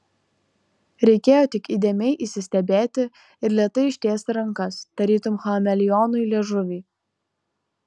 reikėjo tik įdėmiai įsistebėti ir lėtai ištiesti rankas tarytum chameleonui liežuvį